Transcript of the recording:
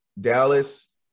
Dallas